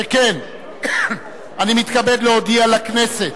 שכן אני מתכבד להודיע לכנסת